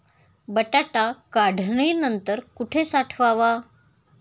बटाटा काढणी नंतर कुठे साठवावा?